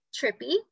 trippy